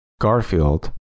Garfield